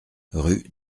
rue